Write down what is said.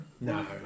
no